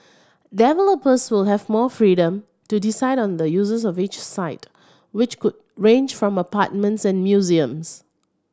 developers will have more freedom to decide on the uses of each site which could range from apartments and museums